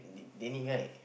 Danny right